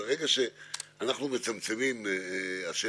דווקא השתפרו פלאים, ויש